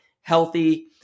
healthy